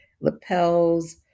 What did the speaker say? lapels